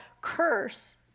curse